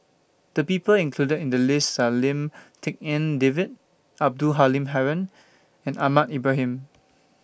The People included in The list Are Lim Tik En David Abdul Halim Haron and Ahmad Ibrahim